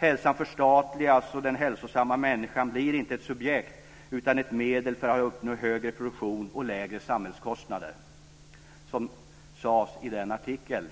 Hälsan förstatligas, och den hälsosamma människan blir inte ett subjekt utan ett medel för att uppnå högre produktion och lägre samhällskostnader, som sades i den artikel